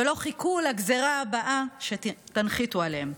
ולא חיכו לגזרה הבאה שתנחיתו עליהם.